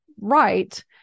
right